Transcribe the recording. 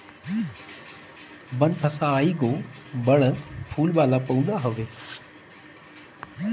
बनफशा एगो बड़ फूल वाला पौधा हवे